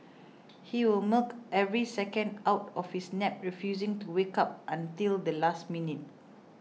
he will milk every second out of his nap refusing to wake up until the last minute